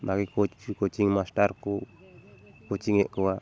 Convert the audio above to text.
ᱵᱷᱟᱜᱮ coaching master ᱠᱚ ᱠᱳᱪᱤᱝᱮᱫ ᱠᱚᱣᱟ